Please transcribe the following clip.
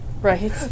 Right